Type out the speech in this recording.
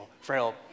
frail